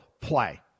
play